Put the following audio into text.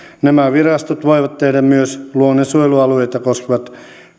nämä virastot voivat tehdä myös luonnonsuojelualueita koskevat